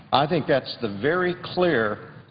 i think that's the very clear